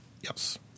Yes